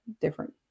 different